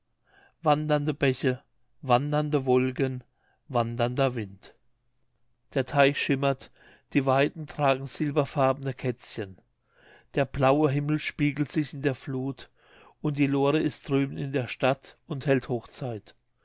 wandernde bäche wandernde wolken wandernder wind der teich schimmert die weiden tragen silberfarbene kätzchen der blaue himmel spiegelt sich in der flut und die lore ist drüben in der stadt und hält hochzeit